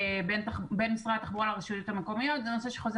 בין משרד התחבורה לרשויות המקומיות זה נושא שחוזר